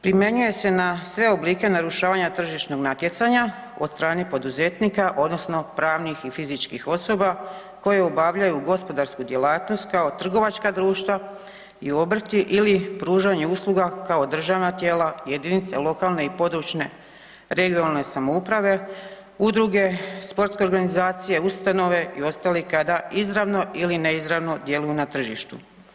Primjenjuje se na sve oblike narušavanja tržišnog natjecanja od strane poduzetnika odnosno pravnih i fizičkih osoba koje obavljaju gospodarsku djelatnost kao trgovačka društva i obrti ili pružanju usluga kao državna tijela jedinice lokalne i područne (regionalne) samouprava, udruge, sportske organizacije, ustanove i ostali kada izravno ili neizravno djeluju na tržištu.